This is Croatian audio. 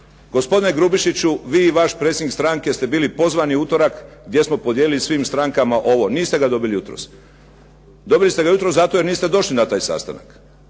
Gospodine Grubišiću, vi i vaš predsjednik stranke ste bili pozvani u utorak gdje smo podijelili svim strankama ovo. Niste ga dobili. Dobili ste ga jutros zato jer niste došli na taj sastanak